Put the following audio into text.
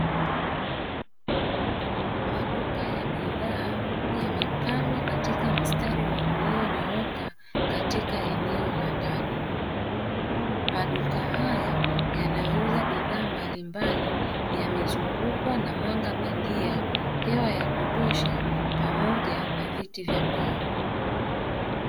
Maduka ya bidhaa yamepangwa katika mstari ulionyooka katika eneo la ndani. Maduka haya yanayouza bidhaa mbalimbali yamezungukwa na mwanga bandia, hewa ya kutosha, pamoja na viti vya mbao.